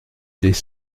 des